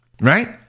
right